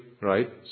right